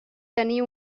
tenir